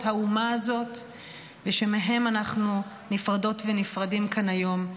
האומה הזאת ושמהם אנחנו נפרדות ונפרדים כאן היום.